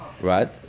Right